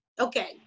okay